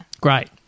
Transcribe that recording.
Great